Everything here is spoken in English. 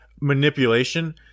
manipulation